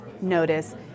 notice